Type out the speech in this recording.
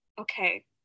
okay